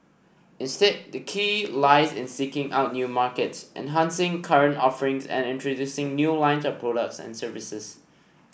instead the key lies in seeking out new markets enhancing current offerings and introducing new lines of products and services